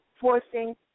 forcing